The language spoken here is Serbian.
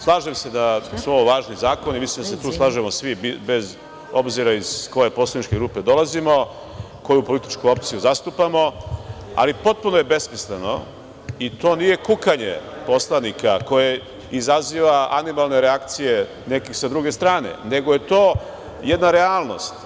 Slažem se da su ovo važni zakoni, mislim da se tu slažemo svi, bez obzira iz koje poslaničke grupe dolazimo, koju političku opciju zastupamo, ali potpuno je besmisleno i to nije kukanje poslanika koje izaziva animalne reakcije nekih sa druge strane, nego je to jedna realnost.